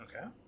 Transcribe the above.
Okay